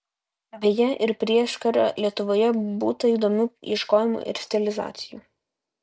beje ir prieškario lietuvoje būta įdomių ieškojimų ir stilizacijų